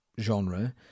genre